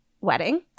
wedding